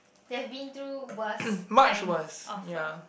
they have been through worse kinds of uh